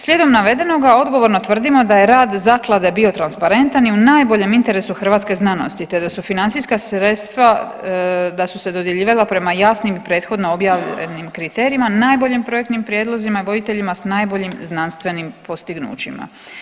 Slijedom navedenoga odgovorno tvrdimo da je rad zaklade bio transparentan i u najboljem interesu hrvatske znanosti, te da su financijska sredstva da su se dodjeljivala prema jasnim prethodno objavljenim kriterijima, najboljim projektnim prijedlozima voditeljima sa najboljim znanstvenim postignućima.